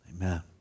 amen